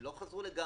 לא חזרו לגמרי,